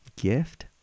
gift